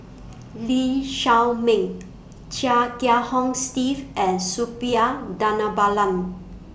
Lee Shao Meng Chia Kiah Hong Steve and Suppiah Dhanabalan